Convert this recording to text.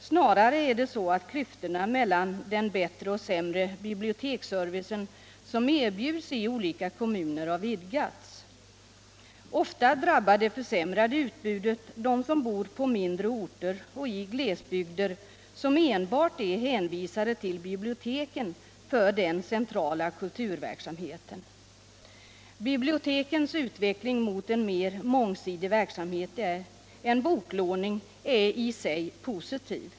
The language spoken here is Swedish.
Snarare är det så att klyftorna mellan den bättre och den sämre biblioteksservicen som erbjuds i olika kommuner har vidgats. Oftast drabbar det försämrade utbudet dem som bor på mindre orter och i glesbygder, där man enbart är hänvisad till biblioteken för den centrala kulturverksamheten. Bibliotekens utveckling mot en mer mångsidig verksamhet än bokutlåning är i sig positiv.